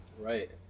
Right